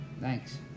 thanks